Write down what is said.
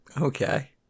Okay